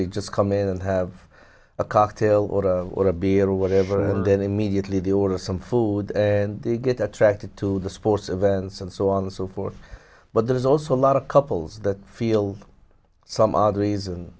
randy just come in and have a cocktail or a beer or whatever and then immediately the order some food and they get attracted to the sports events and so on and so forth but there's also a lot of couples that feel some odd reason